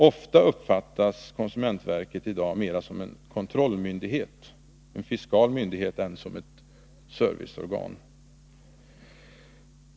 Ofta uppfattas konsumentverket i dag mera som en kontrollmyndighet, som en fiskal myndighet, än som ett serviceorgan.